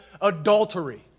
adultery